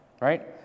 right